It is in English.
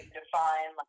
define